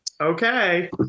Okay